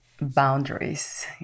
boundaries